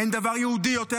אין דבר יהודי יותר,